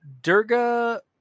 Durga